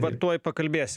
va tuoj pakalbės